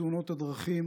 בתאונות הדרכים